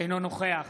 אינו נוכח